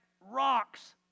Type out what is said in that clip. rocks